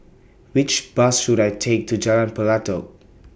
Which Bus should I Take to Jalan Pelatok